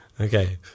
Okay